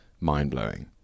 mind-blowing